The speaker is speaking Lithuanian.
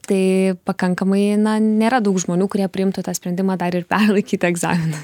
tai pakankamai na nėra daug žmonių kurie priimtų tą sprendimą dar ir perlaikyti egzaminą